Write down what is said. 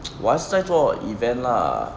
我还是在做 event [[lah]h]